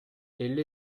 elle